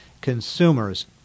consumers